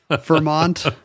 Vermont